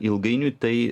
ilgainiui tai